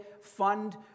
fund